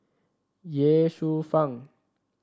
Ye Shufang